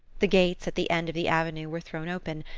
the gates at the end of the avenue were thrown open,